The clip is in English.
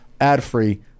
ad-free